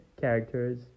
characters